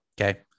Okay